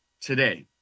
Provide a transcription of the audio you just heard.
today